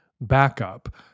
backup